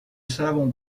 savons